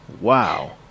Wow